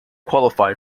qualify